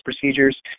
procedures